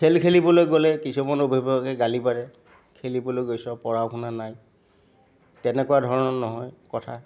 খেল খেলিবলৈ গ'লে কিছুমান অভিভাৱকে গালি পাৰে খেলিবলৈ গৈছ পঢ়া শুনা নাই তেনেকুৱা ধৰণৰ নহয় কথা